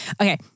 Okay